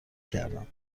کردم